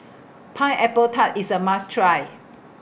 Pineapple Tart IS A must Try